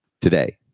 today